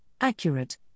accurate